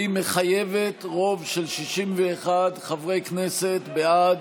והיא מחייבת רוב של 61 חברי כנסת בעד